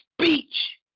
speech